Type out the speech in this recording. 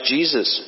Jesus